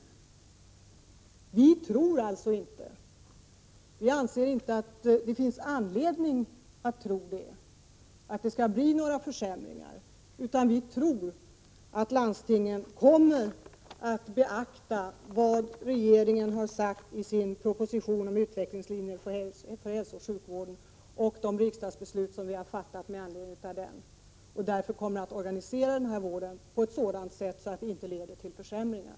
Vi tror inte och anser inte att det finns anledning att tro att det skall bli några försämringar, utan vi tror att landstingen kommer att beakta vad regeringen har sagt i sin proposition om utvecklingslinjer för hälsooch sjukvården och de riksdagsbeslut som vi har fattat med anledning av denna och att landstingen därför kommer att organisera den här vården på ett sådant sätt att det inte leder till försämringar.